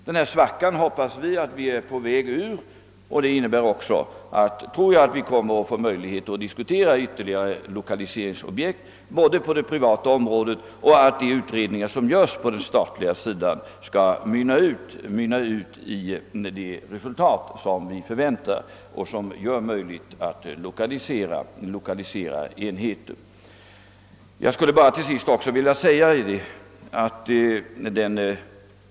Denna svacka hoppas vi att vi nu är på väg upp ur, och det innebär, tror jag, både att vi får möjligheter att diskutera ytterligare lokaliseringsobjekt på det privata området och att de undersökningar som görs på den statliga sidan skall mynna ut i de resultat som vi hoppas på och som gör det möjligt att lokalisera enheter till Norrbotten.